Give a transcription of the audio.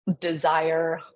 desire